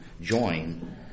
join